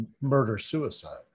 murder-suicide